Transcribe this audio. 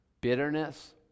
Bitterness